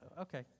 okay